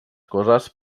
coses